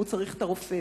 הוא צריך את הרופא,